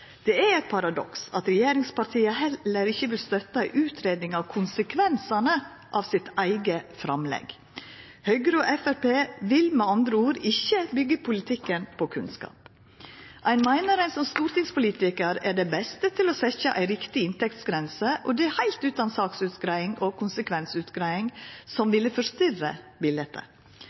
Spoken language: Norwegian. Det er eit paradoks at regjeringspartia heller ikkje vil støtta ei utgreiing av konsekvensane av sitt eige framlegg. Høgre og Framstegspartiet vil med andre ord ikkje byggja politikken på kunnskap. Ein meiner ein som stortingspolitikar er den beste til å setja ei riktig inntektsgrense, og det heilt utan saksutgreiing og konsekvensutgreiing, som ville forstyrra biletet.